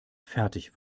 fertig